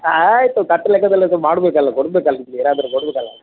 ಆಯಿತು ಕಟ್ಟು ಲೆಕ್ಕದಲ್ಲಿ ಅದು ಮಾಡಬೇಕಲ್ಲ ಕೊಡಬೇಕಲ್ಲ ನಿಮ್ಗೆ ಏನಾದರೂ ಕೊಡಬೇಕಲ್ಲ